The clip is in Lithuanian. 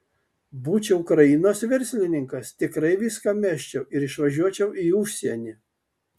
būčiau ukrainos verslininkas tikrai viską mesčiau ir išvažiuočiau į užsienį